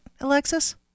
Alexis